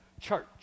church